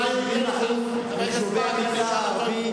חבר הכנסת ברכה,